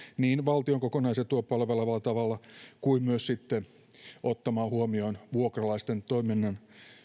niin valtion kokonaisetua palvelevalla tavalla kuin myös sitten ottamalla huomioon vuokralaisten toiminnan